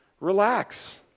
Relax